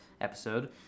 episode